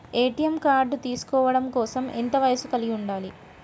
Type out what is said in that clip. ATM card తీసుకోవడం కోసం ఎంత వయస్సు కలిగి ఉండాలి?